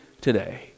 today